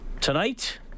tonight